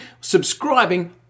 subscribing